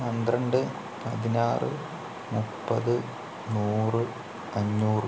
പന്ത്രണ്ട് പതിനാറ് മുപ്പത് നൂറ് അഞ്ഞൂറ്